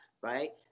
right